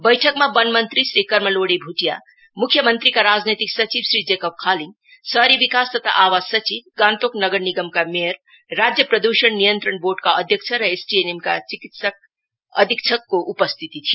बैठकमा वन मन्त्री श्री कर्मा लोडे भुटिया मुख्य मन्त्रीका राजनैतिक सल्लाहकार श्री जेकोब खालिङ शहरी विकास तथा आवास सचिव गान्तोक नगर निगमका मेयर राज्य प्रदुषण नियन्त्रण बोर्डका अध्यक्ष र एसटीएनएम अस्पतालका चिकित्सा अधीक्षकको उपस्थिति थियो